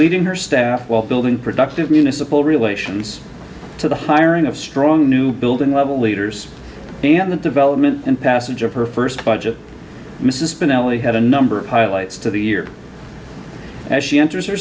leading her staff while building productive municipal relations to the hiring of strong new building level leaders in the development and passage of her first budget mrs spinelli had a number of highlights to the year as she enters